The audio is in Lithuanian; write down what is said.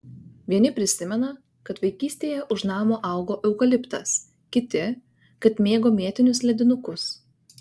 vieni prisimena kad vaikystėje už namo augo eukaliptas kiti kad mėgo mėtinius ledinukus